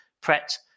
pret